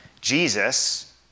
Jesus